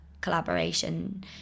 collaboration